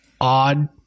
odd